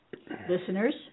listeners